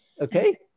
Okay